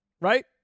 right